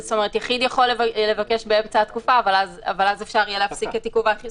יחיד יכול לבקש באמצע התקופה אבל אז אפשר יהיה להפסיק את עיכוב ה ---.